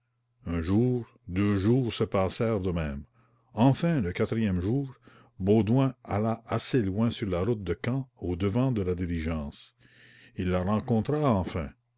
un jour deux jours se passèrent de même enfin le quatrième jour baudouin alla assez loin sur la route de caen au devant de la diligence il la rencontra enfin